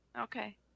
Okay